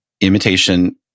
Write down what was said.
imitation